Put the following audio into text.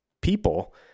people